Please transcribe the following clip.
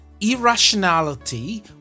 Irrationality